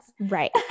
Right